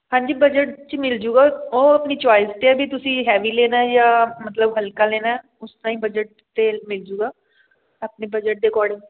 ਹਾਂਜੀ ਬਜਟ 'ਚ ਮਿਲ ਜੂਗਾ ਉਹ ਆਪਣੀ ਚੋਇਸ 'ਤੇ ਆ ਵੀ ਤੁਸੀਂ ਹੈਵੀ ਲੈਣਾ ਜਾਂ ਮਤਲਬ ਹਲਕਾ ਲੈਣਾ ਉਸ ਤਰ੍ਹਾਂ ਹੀ ਬਜਟ 'ਤੇ ਮਿਲ ਜੂਗਾ ਆਪਣੇ ਬਜਟ ਦੇ ਅਕੋਡਿੰਗ